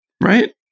Right